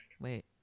Wait